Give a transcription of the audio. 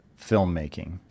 Filmmaking